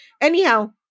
Anyhow